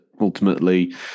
ultimately